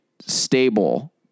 stable